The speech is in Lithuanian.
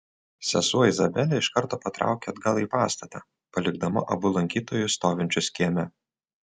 sesuo izabelė iš karto patraukė atgal į pastatą palikdama abu lankytojus stovinčius kieme